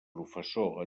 professor